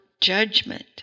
judgment